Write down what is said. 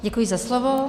Děkuji za slovo.